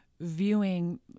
viewing